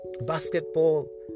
basketball